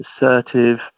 assertive